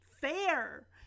fair